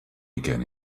again